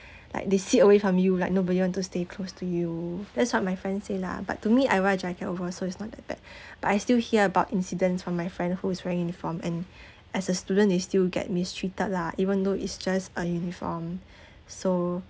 like they sit away from you like nobody want to stay close to you that's what my friend say lah but to me I wear a jacket over so it's not that bad but I still hear about incidents from my friend who is wearing uniform and as a student they still get mistreated lah even though it's just a uniform so